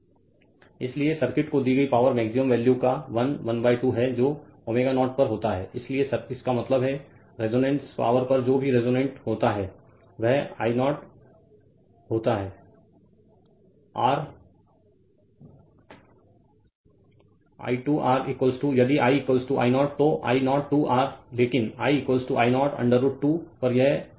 Refer Slide Time 2347 इसलिए circuit को दी गई पावर मैक्सिमम वैल्यू का 1 12 है जो ω0 पर होता है इसलिए इसका मतलब है रेजोनेंस पावर पर जो भी रेजोनेट होता है वह I 0 होता है R I I 2 R यदि I I 0 तो I 0 2 R लेकिन I I 0 √ 2 पर यह 12 होगा